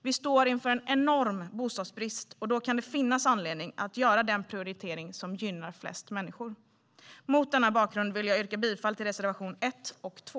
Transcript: Vi står inför en enorm bostadsbrist, och då kan det finnas anledning att göra den prioritering som gynnar flest människor. Mot denna bakgrund vill jag yrka bifall till reservationerna 1 och 2.